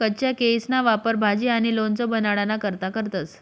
कच्चा केयीसना वापर भाजी आणि लोणचं बनाडाना करता करतंस